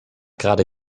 gerade